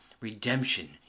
redemption